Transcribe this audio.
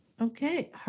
Okay